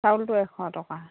চাউলটো এশ টকা